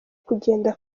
kugenda